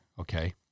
Okay